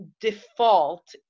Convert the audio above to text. default